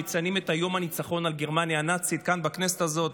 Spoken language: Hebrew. מציינים את יום הניצחון על גרמניה הנאצית כאן בכנסת הזאת.